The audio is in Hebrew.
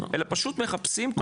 אלא פשוט מחפשים קונים ואז?